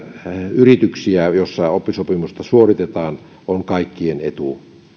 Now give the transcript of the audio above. yrityksiä joissa oppisopimusta suoritetaan on kaikkien etu